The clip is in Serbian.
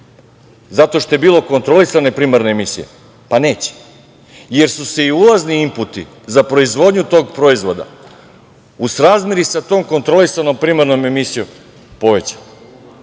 zato što je bilo kontrolisane primarne emisije? Neće, jer su se i ulazni imputi za proizvodnju tog proizvoda, u srazmeri sa tom kontrolisanom primarnom emisijom, povećali. Šta